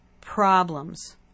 problems